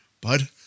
Bud